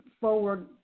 forward